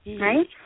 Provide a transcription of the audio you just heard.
right